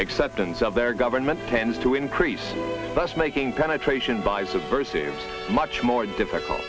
acceptance of their government tends to increase thus making penetration buys of vs much more difficult